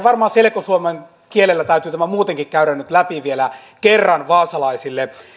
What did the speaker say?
varmaan selko suomen kielellä täytyy tämä muutenkin käydä nyt läpi vielä kerran vaasalaisille